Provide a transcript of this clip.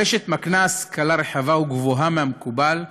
הרשת מקנה השכלה רחבה וגבוהה מהמקובל,